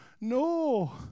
No